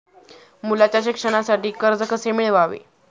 मुलाच्या शिक्षणासाठी कर्ज कसे मिळवावे?